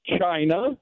China